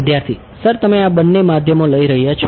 વિદ્યાર્થી સર તમે આ બંને માધ્યમો લઈ રહ્યા છો